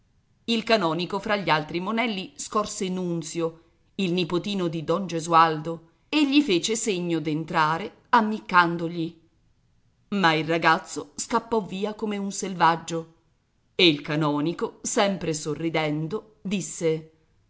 il canonico fra gli altri monelli scorse nunzio il nipotino di don gesualdo e gli fece segno d'entrare ammiccandogli ma il ragazzo scappò via come un selvaggio e il canonico sempre sorridendo disse